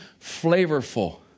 flavorful